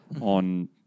on